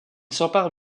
s’empare